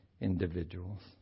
individuals